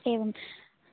एवम्